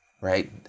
right